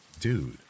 Dude